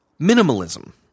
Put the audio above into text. minimalism